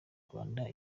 rwanda